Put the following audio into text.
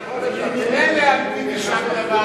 ממילא על פיו יישק דבר,